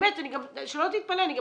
באמת, ואל תתבלבל, אני גם